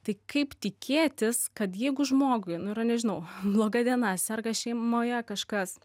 tai kaip tikėtis kad jeigu žmogui nu yra nežinau bloga diena serga šeimoje kažkas